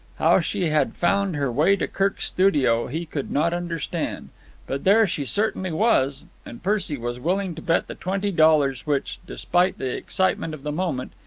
how she had found her way to kirk's studio he could not understand but there she certainly was, and percy was willing to bet the twenty dollars which, despite the excitement of the moment,